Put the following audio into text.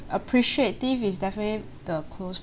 appreciative is definitely the close